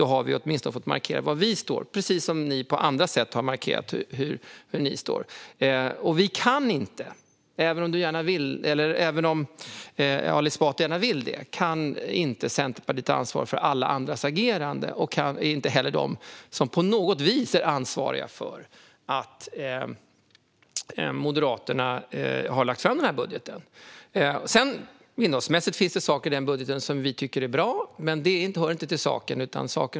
Då har vi åtminstone fått markera var vi står, precis som Vänsterpartiet har markerat på andra sätt var de står. Centerpartiet kan inte, även om Ali Esbati gärna vill det, ta ansvar för alla andras agerande. Vi är inte heller på något vis ansvariga för att Moderaterna har lagt fram den här budgeten. Innehållsmässigt finns det saker i den som vi tycker är bra. Men det hör inte till saken.